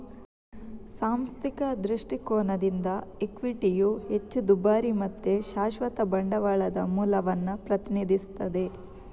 ಸಾಂಸ್ಥಿಕ ದೃಷ್ಟಿಕೋನದಿಂದ ಇಕ್ವಿಟಿಯು ಹೆಚ್ಚು ದುಬಾರಿ ಮತ್ತೆ ಶಾಶ್ವತ ಬಂಡವಾಳದ ಮೂಲವನ್ನ ಪ್ರತಿನಿಧಿಸ್ತದೆ